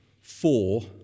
four